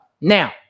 Now